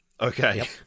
Okay